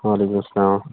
وَعلیکُم سَلام